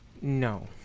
No